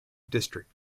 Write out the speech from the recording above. district